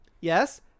Yes